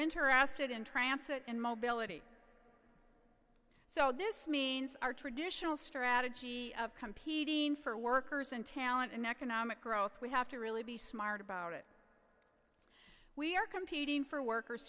interested in transit and mobility so this means our traditional strategy of competing for workers and talent in economic growth we have to really be smart about it we are competing for workers